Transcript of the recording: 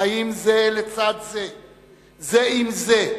חיים זה לצד זה, זה עם זה,